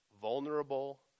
Vulnerable